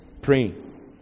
praying